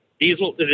Diesel